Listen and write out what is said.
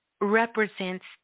represents